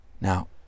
Now